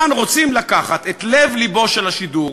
כאן רוצים לקחת את לב-לבו של השידור,